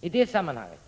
I det sammanhanget